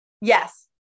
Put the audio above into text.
Yes